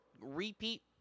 repeat